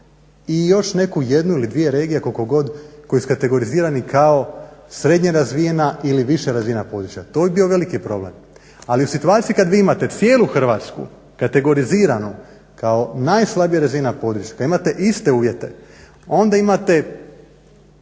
i još neku jednu ili dvije regija koliko god koji su kategorizirani kao srednje razvijena ili više razvijena područja. To bi bio veliki problem. Ali u situaciji kada vi imate cijelu Hrvatsku kategoriziranu kao najslabije razina područja, da imate iste uvjete onda imate